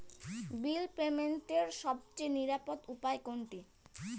বিল পেমেন্টের সবচেয়ে নিরাপদ উপায় কোনটি?